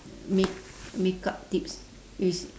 make~ makeup tips is